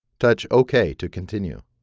touch ok to continue.